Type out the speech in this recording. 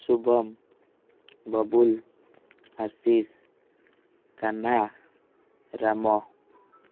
Shubham Babul Ashish Kanha Ram